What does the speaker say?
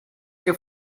que